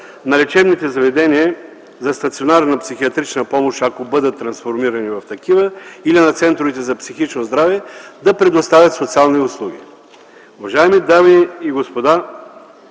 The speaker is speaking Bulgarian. на лечебните заведения за стационарна психиатрична помощ, ако бъдат трансформирани в такива, или на центровете за психично здраве, да предоставят социални услуги. Уважаеми дами и господа,